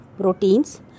proteins